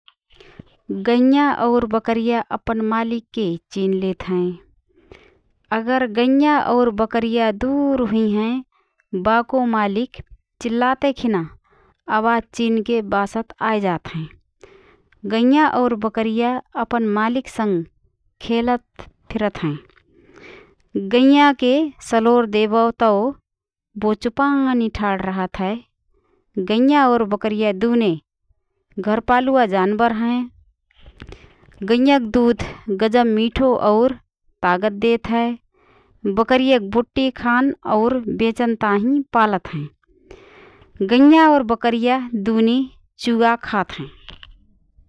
गइँया और बकरिया अपन मालिकके चिनलेत हएँ । अगर गइँया और बकरिया दुर हुइहएँ, बाको मालिक चिल्लातएखिना अवाज चिनके बासत आएजात हएँ । गइँया और बकरिया अपन मालिकसँग खेलत फिरत हएँ । गइँयाके सलोर देबओ तओ बो चुपानी ठाड रहत हए । गइँया और बकरिया दुने घरपालुवा जानबर हएँ । गइँयक दुध गजब मिठो और तागत देत हए । बकरियक बुट्टी खान और बेचन ताहि पालत हएँ । गइँया और बकरिया दुने चुगा खातहएँ